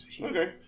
Okay